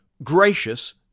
Gracious